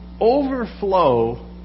overflow